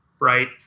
right